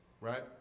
right